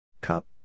Cup